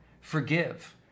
forgive